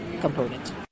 component